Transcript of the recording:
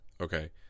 okay